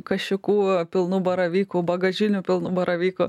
kašikų pilnų baravykų bagažinių pilnų baravykų